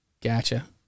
gotcha